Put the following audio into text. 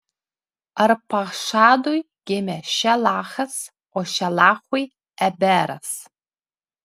arpachšadui gimė šelachas o šelachui eberas